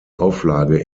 auflage